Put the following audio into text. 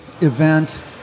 event